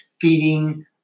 feeding